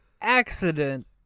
accident